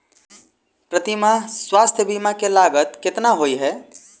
प्रति माह स्वास्थ्य बीमा केँ लागत केतना होइ है?